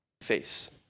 face